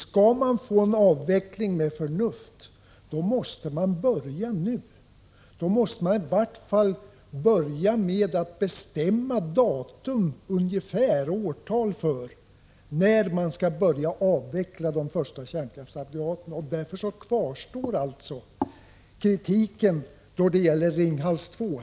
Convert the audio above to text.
Skall man få en avveckling med förnuft, måste man börja nu. I varje fall måste man bestämma datum och årtal för när man skall börja avveckla det första kärnkraftsaggregatet. Därför kvarstår kritiken när det gäller Ringhals 2.